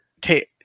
take